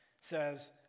says